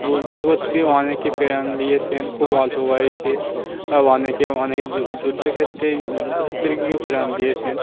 উদ্ধার করতে অনেকে প্রাণ দিয়েছেন খুব অল্প বয়সে অনেকে অনেকে যুদ্ধক্ষেত্রেই যুদ্ধক্ষেত্রে গিয়েও প্রাণ দিয়েছেন